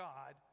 God